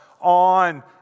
On